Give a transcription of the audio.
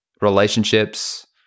relationships